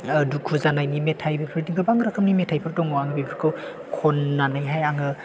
दुखु जानायनि मेथाइ बेफोरबायदि गोबां रोखोमनि मेथाइफोर दङ आं बेफोरखौ खननानैहाय आङो